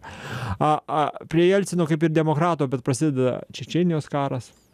a a prie jelcino kaip ir demokrato bet prasideda čečėnijos karas